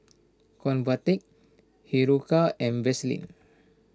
Convatec Hiruscar and Vaselin